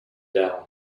down